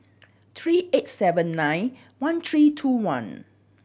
three eight seven nine one three two one